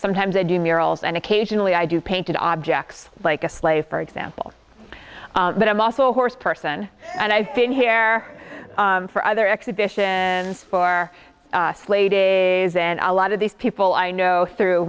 sometimes i do murals and occasionally i do painted objects like a sleigh for example but i'm also a horse person and i've been here for other exhibitions for slade a as in a lot of these people i know through